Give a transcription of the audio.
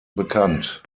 bekannt